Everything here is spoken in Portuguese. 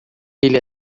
ele